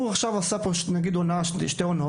הוא כבר עשה פה שתי עונות,